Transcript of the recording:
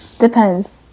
depends